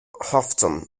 houghton